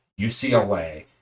UCLA